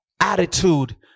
attitude